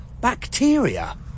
bacteria